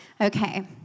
Okay